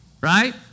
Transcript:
right